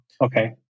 Okay